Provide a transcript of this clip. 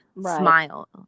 smile